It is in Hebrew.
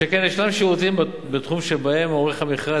שכן יש שירותים בתחום שבהם עורך המכרז